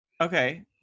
Okay